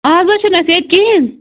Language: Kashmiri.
آز حظ چھُنہٕ اسہِ ییٚتہ کِہیٖنۍ